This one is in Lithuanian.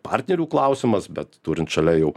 partnerių klausimas bet turint šalia jau